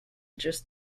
just